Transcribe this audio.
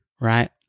Right